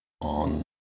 On